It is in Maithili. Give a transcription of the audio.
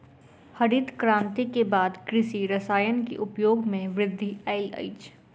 हरित क्रांति के बाद कृषि रसायन के उपयोग मे वृद्धि आयल अछि